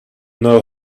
know